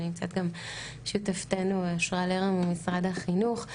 ונמצאת גם שותפתנו אושרה לרר ממשרד החינוך.